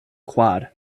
quad